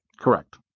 Correct